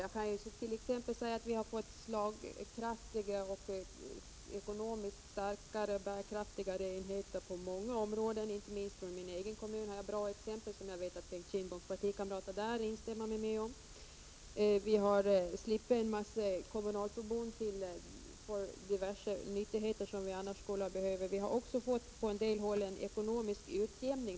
Vi har t.ex. fått slagkraftiga och ekonomiskt bärkraftigare enheter på många områden. Inte minst från min egen kommun har jag bra exempel på det, och jag vet att Bengt Kindboms partikamrater där instämmer med mig i det. Bl.a. slipper vi ha en massa kommunalförbund som vi annars skulle ha behövt för diverse nyttigheter. Vi har på en del håll också fått en ekonomisk utjämning.